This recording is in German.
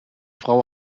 frau